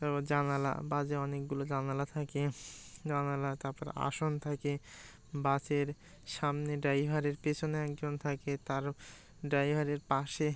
তারপর জানলা বাসে অনেকগুলো জানলা থাকে জানলা তারপর আসন থাকে বাসের সামনে ড্রাইভারের পিছনে একজন থাকে তার ড্রাইভারের পাশে